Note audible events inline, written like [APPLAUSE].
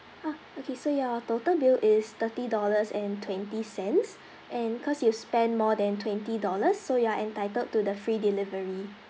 ah okay so your total bill is thirty dollars and twenty cents [BREATH] and cause you spend more than twenty dollars so you are entitled to the free delivery